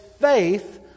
faith